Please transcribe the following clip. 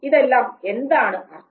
ഇതെല്ലാം എന്താണ് അർത്ഥമാക്കുന്നത്